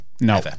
no